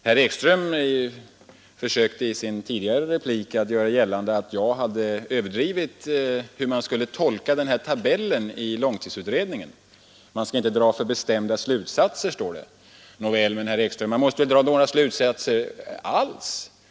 Herr Ekström försökte i sin tidigare replik göra gällande att jag hade överdrivit vid min tolkning av den tidigare diskuterade tabellen i långtidsutredningen. Man skall inte dra för bestämda slutsatser, står det. Men, herr Ekström, man måste väl ändå dra några slutsatser.